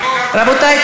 רבותי,